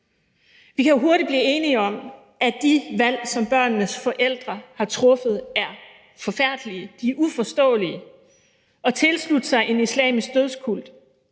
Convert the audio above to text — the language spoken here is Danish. Vi kan hurtigt blive enige om, at de valg, som børnenes forældre har truffet, er forfærdelige, de er uforståelige. Det valg om at tilslutte sig en islamisk dødskult